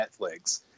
Netflix